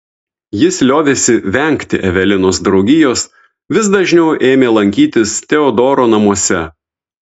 jis liovėsi vengti evelinos draugijos vis dažniau ėmė lankytis teodoro namuose